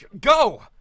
Go